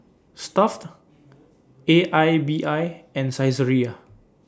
Stuff'd A I B I and Saizeriya